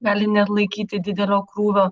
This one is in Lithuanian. gali neatlaikyti didelio krūvio